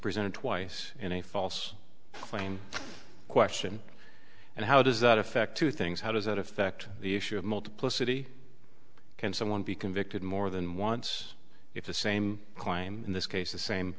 presented twice in a false claim question and how does that affect two things how does that affect the issue of multiplicity can someone be convicted more than once if the same climb in this case the same